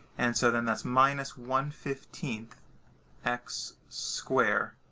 and so, then that's minus one fifteen x square,